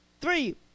Three